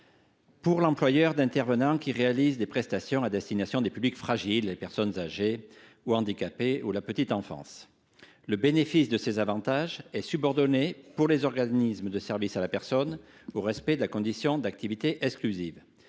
pour l’employeur d’intervenants qui réalisent de telles prestations à destination de publics fragiles, personnes âgées ou handicapées et petite enfance. Le bénéfice de ces avantages est notamment subordonné, pour les organismes de services à la personne, au respect de la condition d’activité exclusive.